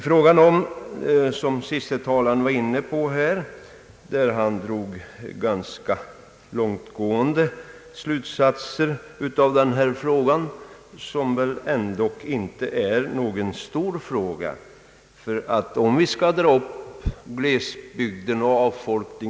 Den senaste talaren före mig berörde problemet med avfolkningen av glesbygden och ville då dra ganska långtgående slutsatser av den fråga vi nu dis kuterar, som dock icke är någon stor fråga.